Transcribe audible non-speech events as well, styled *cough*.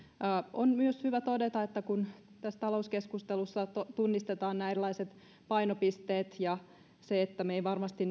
on myös hyvä todeta että kun tässä talouskeskustelussa tunnistetaan nämä erilaiset painopisteet ja se että me emme varmasti *unintelligible*